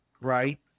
right